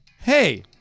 Hey